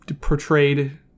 portrayed